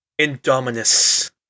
Indominus